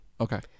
Okay